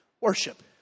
worship